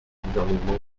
gouvernement